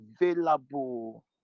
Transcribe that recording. available